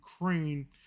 Ukraine